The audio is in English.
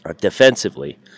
Defensively